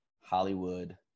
Hollywood